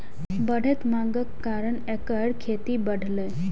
बढ़ैत मांगक कारण एकर खेती बढ़लैए